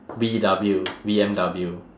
B W B M W